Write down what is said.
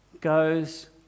goes